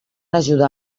ajudar